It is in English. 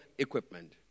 equipment